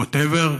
whatever,